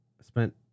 spent